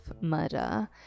murder